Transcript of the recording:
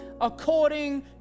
according